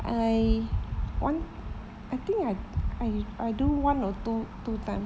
I one I think I I I do one or two two time